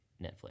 Netflix